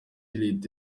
leta